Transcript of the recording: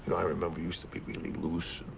but i remember you used to be really loose